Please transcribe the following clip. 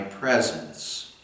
presence